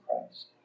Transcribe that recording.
Christ